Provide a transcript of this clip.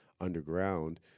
underground